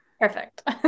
Perfect